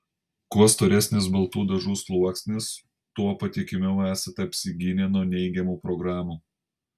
kuo storesnis baltų dažų sluoksnis tuo patikimiau esate apsigynę nuo neigiamų programų